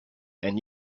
and